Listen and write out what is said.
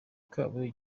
kabo